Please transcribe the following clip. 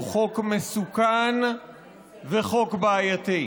הוא חוק מסוכן וחוק בעייתי.